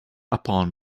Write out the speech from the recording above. upon